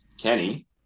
Kenny